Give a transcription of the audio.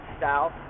south